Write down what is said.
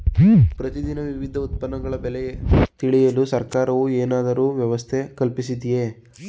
ಪ್ರತಿ ದಿನ ವಿವಿಧ ಉತ್ಪನ್ನಗಳ ಬೆಲೆ ತಿಳಿಯಲು ಸರ್ಕಾರವು ಏನಾದರೂ ವ್ಯವಸ್ಥೆ ಕಲ್ಪಿಸಿದೆಯೇ?